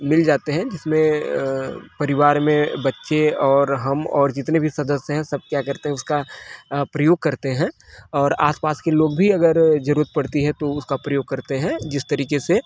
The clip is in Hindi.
मिल जाते हैं जिसमें अ परिवार में बच्चे और हम और जितने भी सदस्य हैं सब क्या करते हैं उसका अ प्रयोग करते हैं और आसपास के लोग भी अगर जरूरत पड़ती है तो उसका प्रयोग करते हैं जिस तरीके से